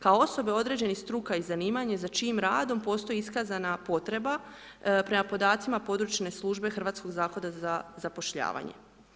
Kao osobe određenih struka i zanimanje za čijim radom postoji iskazana potreba prema podacima područne službe Hrvatskog zavoda za zapošljavanje.